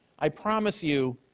i promise you,